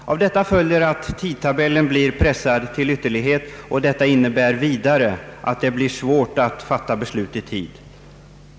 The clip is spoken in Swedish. Av detta följer att tidtabellen blir ytterst pressad, och detta innebär vidare svårigheter att fatta be slut i tid.